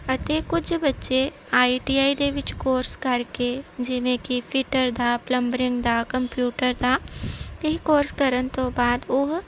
ਅਤੇ ਕੁਝ ਬੱਚੇ ਆਈ ਟੀ ਆਈ ਦੇ ਵਿੱਚ ਕੋਰਸ ਕਰਕੇ ਜਿਵੇਂ ਕਿ ਫੀਟਰ ਦਾ ਪਲੰਬਰਿੰਗ ਦਾ ਕੰਪਿਊਟਰ ਦਾ ਇਹ ਕੋਰਸ ਕਰਨ ਤੋਂ ਬਾਅਦ ਉਹ